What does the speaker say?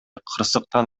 кырсыктан